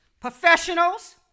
professionals